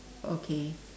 okay